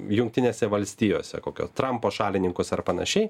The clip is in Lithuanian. jungtinėse valstijose kokio trampo šalininkus ar panašiai